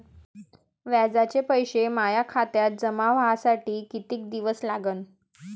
व्याजाचे पैसे माया खात्यात जमा व्हासाठी कितीक दिवस लागन?